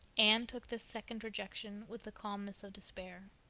anne took this second rejection with the calmness of despair.